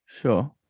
Sure